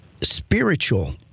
Spiritual